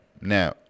Now